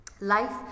Life